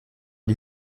die